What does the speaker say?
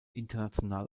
international